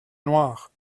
noires